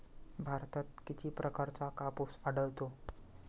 भारतात किती प्रकारचा कापूस आढळतो?